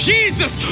Jesus